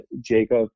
Jacob